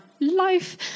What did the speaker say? Life